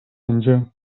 będzie